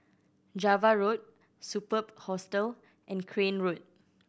Java Road Superb Hostel and Crane Road